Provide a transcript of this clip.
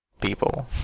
people